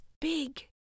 big